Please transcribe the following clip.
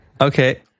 Okay